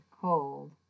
cold